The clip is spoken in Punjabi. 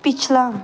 ਪਿਛਲਾ